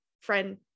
friend